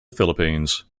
philippines